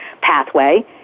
pathway